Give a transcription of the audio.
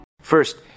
First